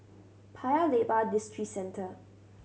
Paya Lebar Districentre